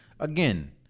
Again